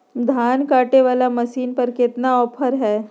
धान कटे बाला मसीन पर कतना ऑफर हाय?